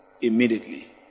immediately